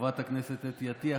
חברת הכנסת אתי עטייה,